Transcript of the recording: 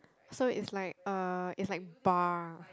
so it's like uh it's like bar